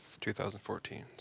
2014